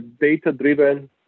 data-driven